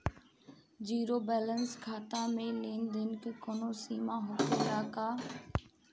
Zero balance खाता में लेन देन के कवनो सीमा होखे ला का?